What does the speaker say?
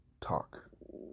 talk